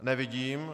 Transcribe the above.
Nevidím.